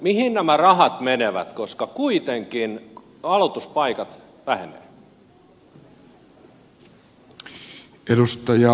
mihin nämä rahat menevät koska kuitenkin aloituspaikat vähenevät